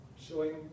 showing